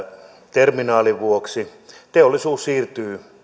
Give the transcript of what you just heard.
terminaalin vuoksi teollisuus siirtyy